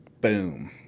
boom